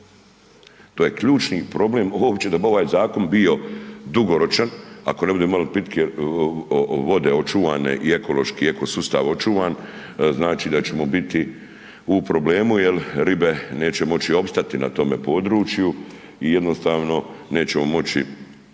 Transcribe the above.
To je ključni problem uopće da bi ovaj zakon bio dugoročan ako ne budemo imali pitke vode očuvane i ekološki, ekosustav očuvan, znači da ćemo biti u problemu jer ribe neće moći opstati na tome području i jednostavno nećemo moći